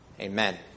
Amen